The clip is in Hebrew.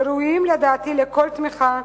שראויים לדעתי לכל תמיכה,